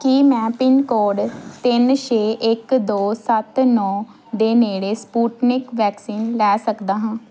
ਕੀ ਮੈਂ ਪਿਨਕੋਡ ਤਿੰਨ ਛੇ ਇੱਕ ਦੋ ਸੱਤ ਨੌਂ ਦੇ ਨੇੜੇ ਸਪੁਟਨਿਕ ਵੈਕਸੀਨ ਲੈ ਸਕਦਾ ਹਾਂ